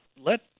let